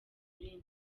kuri